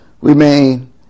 remain